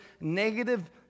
negative